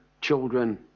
children